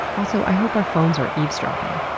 also, i hope our phones are eavesdropping.